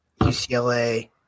UCLA